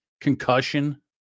concussion